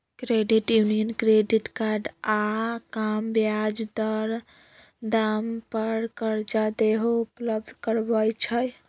credit union credit card आऽ कम ब्याज दाम पर करजा देहो उपलब्ध करबइ छइ